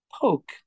poke